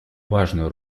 важную